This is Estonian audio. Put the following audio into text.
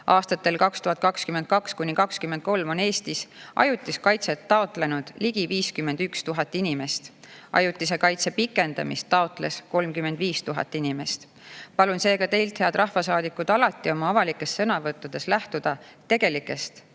Aastatel 2022–2023 on Eestis ajutist kaitset taotlenud ligi 51 000 inimest. Ajutise kaitse pikendamist taotles 35 000 inimest. Palun seega teilt, head rahvasaadikud, alati oma avalikes sõnavõttudes lähtuda tegelikest